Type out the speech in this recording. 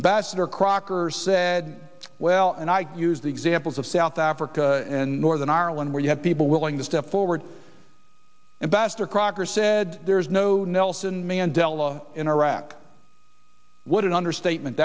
embassador crocker said well and i use the examples of south africa and northern ireland where you have people willing to step forward ambassador crocker said there's no nelson mandela in iraq what an understatement